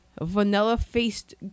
vanilla-faced